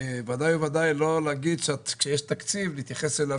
ודאי וודאי לא להגיד שכשיש תקציב להתייחס אליו